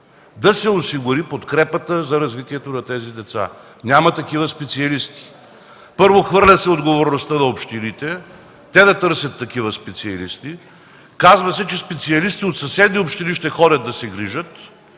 да се осигури подкрепата за развитието на тези деца. Няма такива специалисти. Първо, хвърля се отговорността на общините – те да търсят такива специалисти. Казва се, че специалисти от съседни общини ще ходят да се грижат,